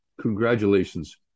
Congratulations